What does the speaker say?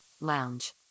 lounge